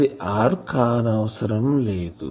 అది r కానవసరం లేదు